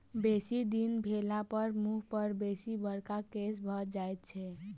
बेसी दिन भेलापर मुँह पर बेसी बड़का केश भ जाइत छै